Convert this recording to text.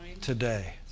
today